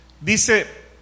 Dice